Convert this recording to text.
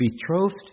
betrothed